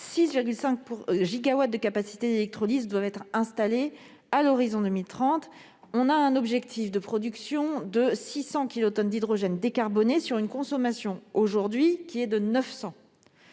6,5 gigawatts de capacité d'électrolyse doivent être installés à l'horizon 2030, et nous avons un objectif de production de 600 kilotonnes d'hydrogène décarboné, pour une consommation qui est aujourd'hui de 900